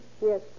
Yes